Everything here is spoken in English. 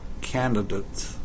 candidates